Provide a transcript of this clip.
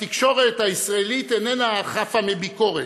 התקשורת הישראלית איננה חפה מביקורת.